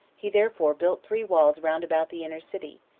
he therefore built three walls round about the inner city,